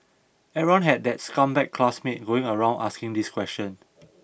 everyone had that scumbag classmate going around asking this question